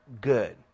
good